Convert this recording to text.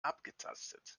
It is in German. abgetastet